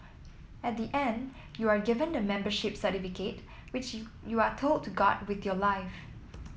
at the end you are given the membership certificate which you are told to guard with your life